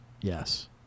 Yes